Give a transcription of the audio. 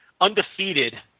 undefeated